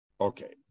Okay